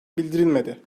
bildirilmedi